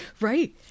Right